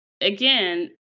again